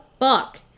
fuck